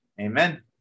Amen